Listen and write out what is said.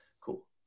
cool